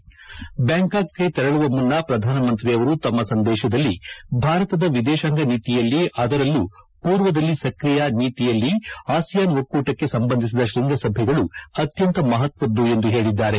Bangkok ತೆರಳುವ ಮುನ್ನ ಪ್ರಧಾನಿಯವರು ತಮ್ನ ಸಂದೇಶದಲ್ಲಿ ಭಾರತದ ವಿದೇಶಾಂಗ ನೀತಿಯಲ್ಲಿ ಅದರಲ್ಲೂ ಪೂರ್ವದಲ್ಲಿ ಸ್ಕ್ರಿಯ ನೀತಿಯಲ್ಲಿ ಆಸಿಯಾನ್ ಒಕ್ಕೂಟಕ್ಕೆ ಸಂಬಂಧಿಸಿದ ಶೃಂಗಸಭೆಗಳು ಅತ್ಯಂತ ಮಹತ್ವದ್ದು ಎಂದು ಹೇಳಿದ್ದಾರೆ